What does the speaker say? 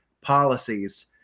policies